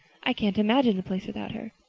i can't imagine the place without her.